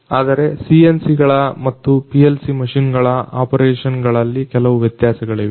ಆದರೆ CNC ಗಳ ಮತ್ತು PLC ಮಷೀನ್ ಗಳ ಆಪರೇಷನ್ ಗಳಲ್ಲಿ ಕೆಲವು ವ್ಯತ್ಯಾಸಗಳಿವೆ